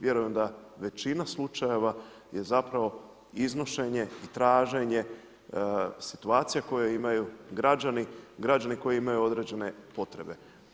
Vjerujem da većina slučajeva je zapravo iznošenje i traženje situacija koje imaju građani koji imaju određene potrebe.